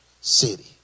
city